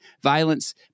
violence